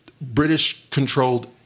British-controlled